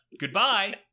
goodbye